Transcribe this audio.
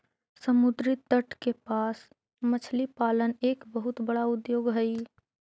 समुद्री तट के पास मछली पालन एक बहुत बड़ा उद्योग हइ